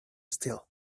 still